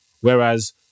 Whereas